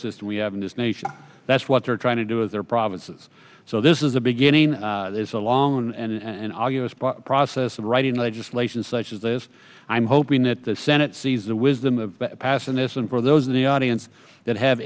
system we have in this nation that's what they're trying to do with their provinces so this is a beginning it's a long one and an audio process of writing legislation such as this i'm hoping that the senate sees the wisdom of passing this and for those in the audience that have